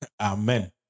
Amen